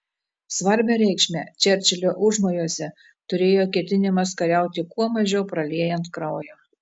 svarbią reikšmę čerčilio užmojuose turėjo ketinimas kariauti kuo mažiau praliejant kraujo